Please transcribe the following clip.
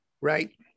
Right